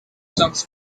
songs